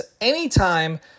anytime